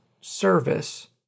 service